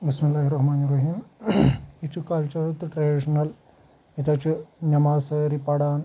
بِسمہِ اللہِ رحمٰن رحیٖم ییٚتہِ چھُ کَلچرل تہٕ ٹرٮ۪ڈِشنل ییٚتہِ حظ چھُ نٮ۪ماز سٲری پران